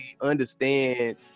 understand